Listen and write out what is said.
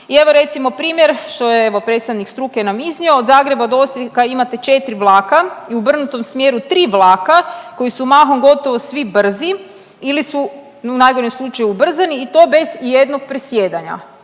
I evo, recimo primjer, što je evo, predstavnik struke nam iznio, od Zagreba do Osijeka imate 4 vlaka i obrnutom smjeru 3 vlaka koji su mahom gotovo svi brzi ili su u najgorem slučaju ubrzani i to bez ijednog presjedanja,